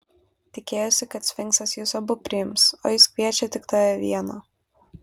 tikėjosi kad sfinksas jus abu priims o jis kviečia tik tave vieną